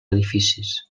edificis